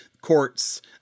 courts